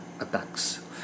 attacks